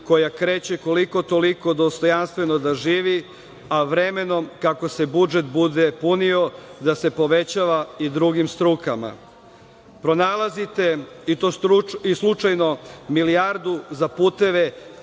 koja kreće koliko-toliko dostojanstveno da živi, a vremenom, kako se budžet bude punio, da se povećava i drugim strukama. Pronalazite i to slučajno, milijardu za puteve